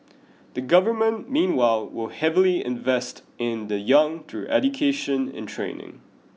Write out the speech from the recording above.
the government meanwhile will heavily invest in the young through education and training